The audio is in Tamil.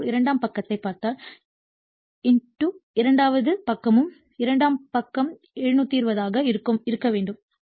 இதேபோல் இரண்டாம் பக்கத்தைப் பார்த்தால் இரண்டாவது பக்கமும் இரண்டாம் பக்கமும் 720 ஆக இருக்க வேண்டும்